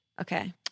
Okay